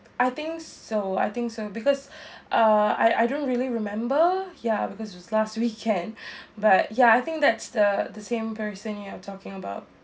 I think so I think so because uh I I don't really remember ya because was last weekend but ya I think that's the the same person you are talking about